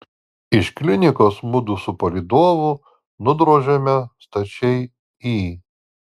iš klinikos mudu su palydovu nudrožėme stačiai į